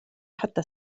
حتى